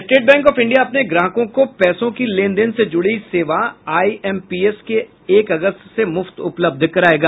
state Bank of India अपने ग्राहकों को पैसों की लेनदेन से जुड़ी सेवा आईएमपीएस एक अगस्त से मुफ्त उपलब्ध करायेगा